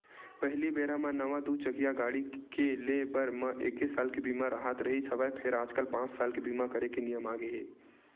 पहिली बेरा म नवा दू चकिया गाड़ी के ले बर म एके साल के बीमा राहत रिहिस हवय फेर आजकल पाँच साल के बीमा करे के नियम आगे हे